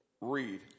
read